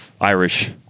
Irish